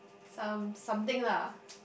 some something lah